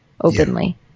openly